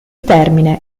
termine